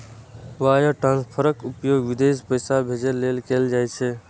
wire ट्रांसफरक उपयोग विदेश पैसा भेजै लेल कैल जाइ छै